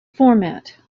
format